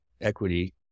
equity